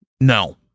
no